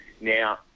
Now